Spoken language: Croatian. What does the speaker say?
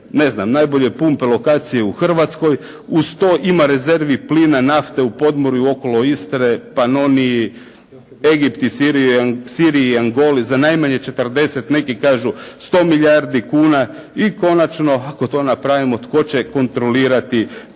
najbolje pumpe, lokacije u Hrvatskoj, uz to ima rezervi plina, nafte u podmorju okolo Istre, Panoniji, Egipt, Siriji, Angoli za najmanje 40, neki kažu 100 milijardi kuna. I konačno, ako to napravimo tko će kontrolirati cijene